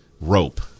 rope